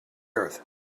earth